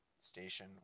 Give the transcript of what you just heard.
station